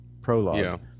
prologue